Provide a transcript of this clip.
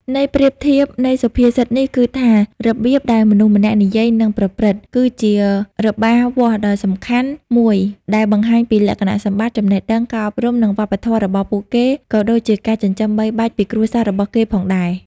ន័យប្រៀបធៀបនៃសុភាសិតនេះគឺថា របៀបដែលមនុស្សម្នាក់និយាយ និងប្រព្រឹត្ត គឺជារបារវាស់ដ៏សំខាន់មួយដែលបង្ហាញពីលក្ខណៈសម្បត្តិ ចំណេះដឹង ការអប់រំ និងវប្បធម៌របស់ពួកគេ ក៏ដូចជាការចិញ្ចឹមបីបាច់ពីគ្រួសាររបស់គេផងដែរ។